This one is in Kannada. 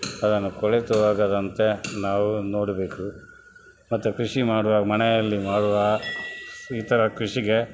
ಅದನ್ನು ಕೊಳೆತು ಹೋಗದಂತೆ ನಾವು ನೋಡಬೇಕು ಮತ್ತು ಕೃಷಿ ಮಾಡುವಾಗ ಮನೆಯಲ್ಲಿ ಮಾಡುವ ಈ ಥರ ಕೃಷಿಗೆ